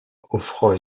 offrant